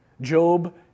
Job